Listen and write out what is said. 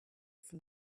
from